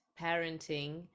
parenting